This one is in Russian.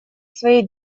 своей